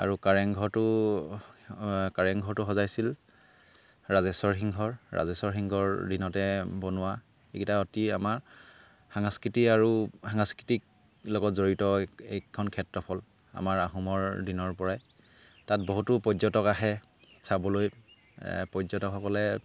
আৰু কাৰেংঘৰটো কাৰেংঘৰটো সজাইছিল ৰাজেশ্বৰ সিংহৰ ৰাজেশ্বৰ সিংহৰ দিনতে বনোৱা এইকেইটা অতি আমাৰ সাংস্কৃতি আৰু সাংস্কৃতিক লগত জড়িত এইকেইখন ক্ষেত্ৰফল আমাৰ আহোমৰ দিনৰ পৰাই তাত বহুতো পৰ্যটক আহে চাবলৈ পৰ্যটকসকলে